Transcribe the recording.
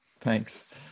Thanks